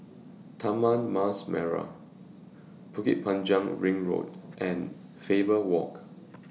Taman Mas Merah Bukit Panjang Ring Road and Faber Walk